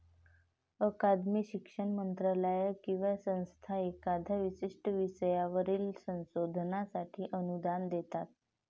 अकादमी, शिक्षण मंत्रालय किंवा संस्था एखाद्या विशिष्ट विषयावरील संशोधनासाठी अनुदान देतात